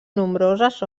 nombroses